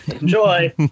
Enjoy